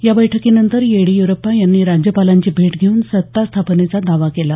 या बैठकीनंतर येडिय्रप्पा यांनी राज्यपालांची भेट घेऊन सत्तास्थापनेचा दावा केला